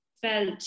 felt